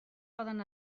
poden